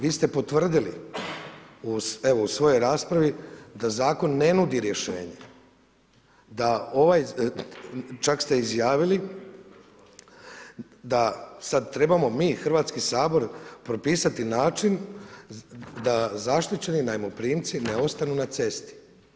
Vi ste potvrdili evo u svojoj raspravi da zakon ne nudi rješenje, da ovaj, čak ste izjavili da sada trebamo mi Hrvatski sabor propisati način da zaštićeni najmoprimci ne ostanu na cesti.